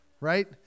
Right